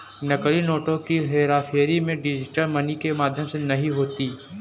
नकली नोटों की हेराफेरी भी डिजिटल मनी के माध्यम से नहीं होती